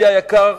ידידי המנהל היקר,